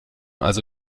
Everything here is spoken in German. also